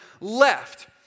left